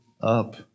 up